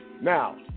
Now